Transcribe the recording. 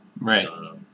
Right